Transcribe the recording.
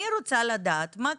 אני רוצה לדעת מה קורה,